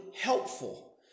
helpful